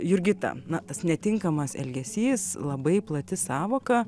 jurgita na tas netinkamas elgesys labai plati sąvoka